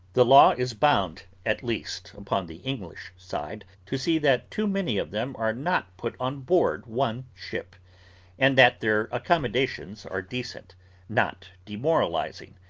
the law is bound, at least upon the english side, to see that too many of them are not put on board one ship and that their accommodations are decent not demoralising,